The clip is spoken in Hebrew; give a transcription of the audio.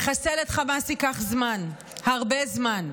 לחסל את חמאס ייקח זמן, הרבה זמן.